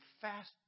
fast